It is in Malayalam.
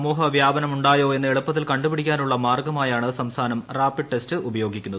സമൂഹ വ്യാപനമുണ്ടായോ എന്ന് എളുപ്പത്തിൽ കണ്ടുപിടിക്കാനുള്ള മാർഗ്ഗമായാണ് സംസ്ഥാനം റാപ്പിഡ് ടെസ്റ്റ് ഉപയോഗിക്കുന്നത്